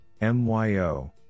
MYO